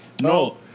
No